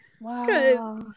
Wow